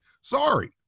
sorry